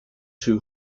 two